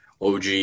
OG